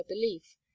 belief